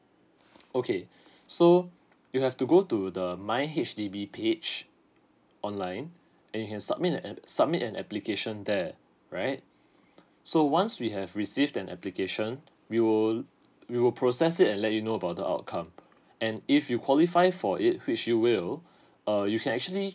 okay so you have to go to the my H_D_B page online you can submit an app submit an application there right so once we have received an application we will we will process it and let you know about the outcome and if you qualify for it which you will uh you can actually